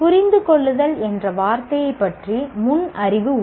புரிந்துகொள்ளுதல் என்ற வார்த்தையைப் பற்றிய முன் அறிவு உண்டு